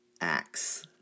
Acts